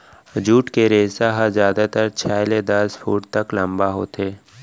jute के रेसा ह जादातर छै ले दस फूट तक लंबा होथे